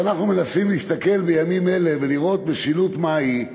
כשאנחנו מנסים להסתכל בימים אלה ולראות משילות מהי,